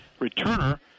returner